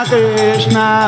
Krishna